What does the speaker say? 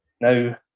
Now